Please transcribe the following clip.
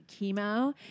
chemo